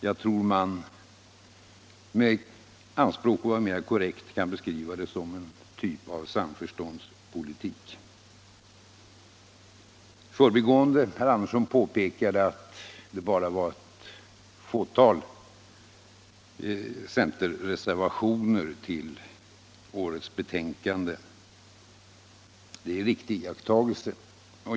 Jag tror att man med anspråk på all vara korrekt kan beskriva den som en typ av samförståndspolitik. I förbigående vill jag kommentera att herr Andersson påpekade alt det bara fanns ett fåtal centerreservationer i årews betänkande. Det är en riktig iakttagelse.